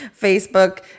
Facebook